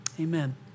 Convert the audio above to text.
Amen